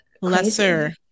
lesser